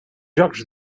jocs